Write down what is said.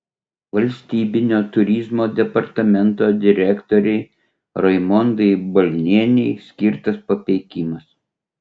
valstybinio turizmo departamento direktorei raimondai balnienei skirtas papeikimas